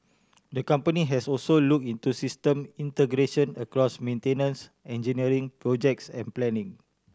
the company has also look into system integration across maintenance engineering projects and planning